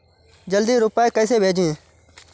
जल्दी रूपए कैसे भेजें?